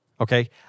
Okay